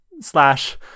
slash